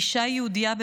אישה יהודייה,